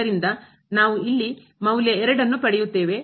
ಆದ್ದರಿಂದ ನಾವು ಇಲ್ಲಿ ಮೌಲ್ಯ 2 ಪಡೆಯುತ್ತೇವೆ